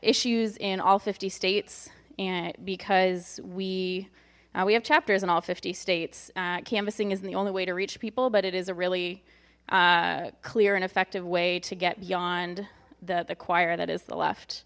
issues in all fifty states and because we we have chapters in all fifty states canvassing isn't the only way to reach people but it is a really clear and effective way to get beyond that the choir that is the left